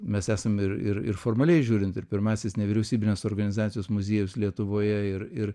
mes esam ir ir ir formaliai žiūrint ir pirmasis nevyriausybinės organizacijos muziejus lietuvoje ir ir